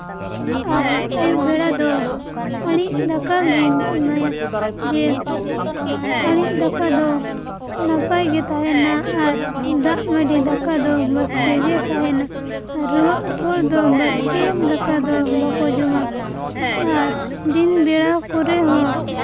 ᱟᱨ ᱟᱹᱭᱩᱵ ᱵᱮᱲᱟ ᱫᱚ ᱟᱺᱲᱤᱡ ᱫᱟᱠᱟ ᱜᱮᱧ ᱮᱢᱟᱭᱟ ᱡᱮ ᱟᱺᱲᱤᱡ ᱫᱟᱠᱟ ᱫᱚ ᱱᱟᱯᱟᱭ ᱜᱮ ᱛᱟᱦᱮᱱᱟ ᱟᱨ ᱫᱟᱜ ᱢᱟᱹᱰᱤ ᱫᱟᱠᱟ ᱫᱚ ᱵᱟᱥᱠᱮ ᱜᱮ ᱛᱟᱦᱮᱱᱟ ᱨᱩᱣᱟᱹᱜ ᱦᱚᱲ ᱫᱚ ᱵᱟᱥᱠᱮ ᱫᱟᱠᱟ ᱫᱚ ᱵᱟᱠᱚ ᱡᱚᱢᱟ ᱟᱨ ᱫᱤᱱ ᱵᱮᱲᱟ ᱠᱚᱨᱮ ᱦᱚᱸ